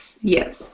Yes